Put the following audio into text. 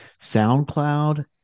SoundCloud